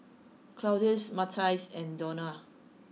Claudius Matias and Donal